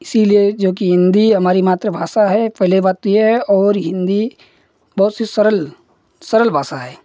इसलिए जो कि हिन्दी हमारी मातृ भाषा है पहली बात तो ये है और हिन्दी बहुत सी सरल सरल भाषा है